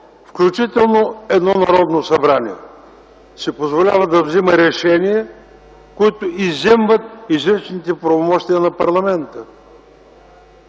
включително едно Народно събрание, си позволява да взема решения, които изземват изричните правомощия на парламента?!